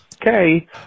Okay